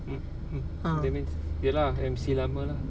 mm mm that means ya lah M_C lama lah